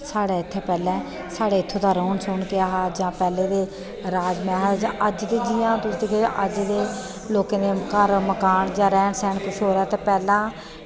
साढ़े इत्थें पैह्लें साढ़े इत्थूं दा रौह्न बौह्न हा जां पैह्लें दे राजमांह् जां अज्ज दे जियां लोकें तुस दिखगे अज्ज दे लोकें दे घर मकान जां रैह्न सैह्न किश होर ऐ ते पैह्लें